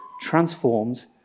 transformed